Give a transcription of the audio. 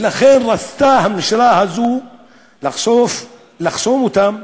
ולכן רצתה הממשלה הזו לחסום אותן,